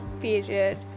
period